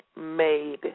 made